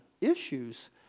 issues